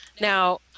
Now